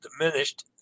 diminished